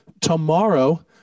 tomorrow